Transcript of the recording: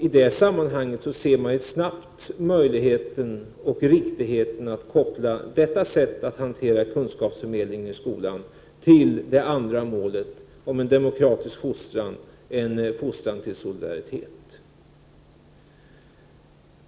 I det sammanhanget ser man snabbt möjligheten och riktigheten i att koppla detta att hantera kunskapsförmedling i skolan till det andra målet om en demokratisk fostran, en fostran till solidaritet.